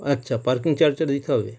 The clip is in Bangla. আচ্ছা পার্কিং চার্জও দিতে হবে